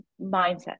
mindset